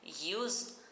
use